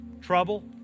trouble